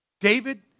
David